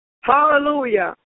Hallelujah